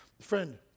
Friend